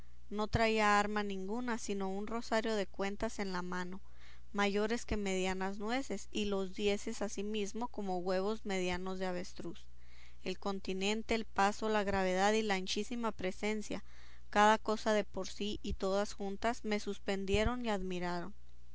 no traía arma ninguna sino un rosario de cuentas en la mano mayores que medianas nueces y los dieces asimismo como huevos medianos de avestruz el continente el paso la gravedad y la anchísima presencia cada cosa de por sí y todas juntas me suspendieron y admiraron